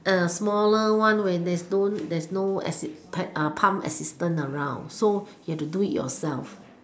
err smaller one where there's there's no pump assistant around so you have to do it yourself